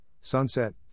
sunset